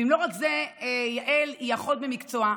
ואם לא רק זה, יעל היא אחות במקצועה.